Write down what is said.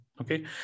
Okay